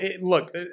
look